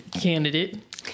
Candidate